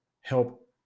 help